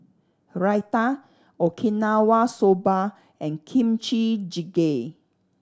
Raita Okinawa Soba and Kimchi Jjigae